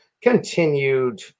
continued